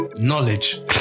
knowledge